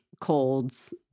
colds